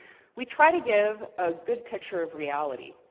we try to give a good picture of reality.